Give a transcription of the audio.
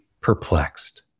perplexed